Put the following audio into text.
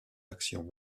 actions